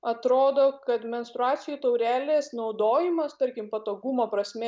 atrodo kad menstruacijų taurelės naudojimas tarkim patogumo prasme